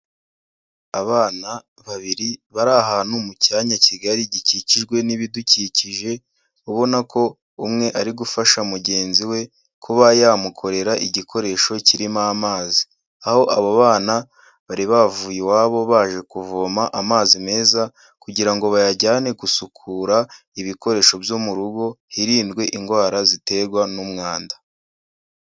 Abana babiri bari ahantu mu cyanya kigari gikikijwe n'ibidukikije, ubona ko umwe ari gufasha mugenzi we kuba yamukorera igikoresho kirimo amazi. Aho abo bana bari bavuye iwabo baje kuvoma amazi meza kugira ngo bayajyane gusukura ibikoresho byo mu rugo, hirindwe indwara ziterwa n'umwanda.